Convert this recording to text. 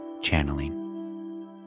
channeling